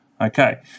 Okay